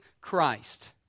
Christ